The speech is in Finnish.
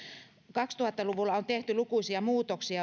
kaksituhatta luvulla on tehty lukuisia muutoksia